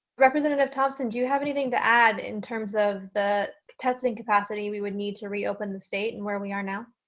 representative thompson, do you have anything to add in terms of the testing capacity we would need to reopen the state and where we are now?